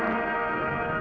and